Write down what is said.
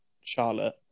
Charlotte